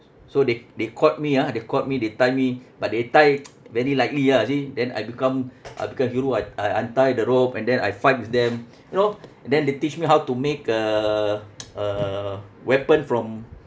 so they they caught me ah they caught me they tie me but they tie very lightly ah you see then I become I become hero I I untie the rope and then I fight with them you know then they teach me how to make a a weapon from